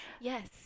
Yes